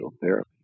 therapy